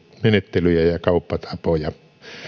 menettelyjä ja ja kauppatapoja